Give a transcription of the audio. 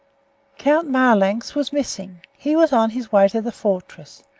count marlanx was missing. he was on his way to the fortress,